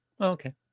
Okay